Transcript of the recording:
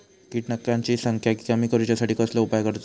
किटकांची संख्या कमी करुच्यासाठी कसलो उपाय करूचो?